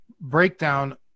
breakdown